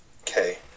Okay